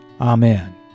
Amen